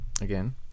again